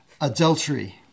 adultery